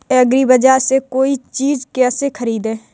एग्रीबाजार से कोई चीज केसे खरीदें?